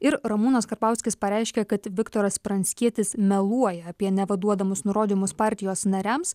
ir ramūnas karbauskis pareiškė kad viktoras pranckietis meluoja apie neva duodamus nurodymus partijos nariams